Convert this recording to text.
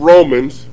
Romans